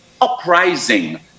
uprising